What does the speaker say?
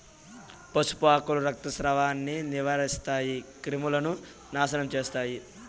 పసుపు ఆకులు రక్తస్రావాన్ని నివారిస్తాయి, క్రిములను నాశనం చేస్తాయి